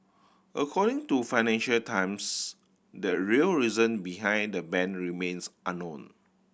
according to Financial Times the real reason behind the ban remains unknown